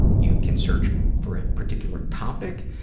you can search for a particular topic.